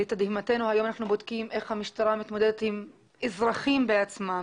לתדהמתנו היום אנחנו בודקים איך המשטרה מתמודדת עם האזרחים עצמם.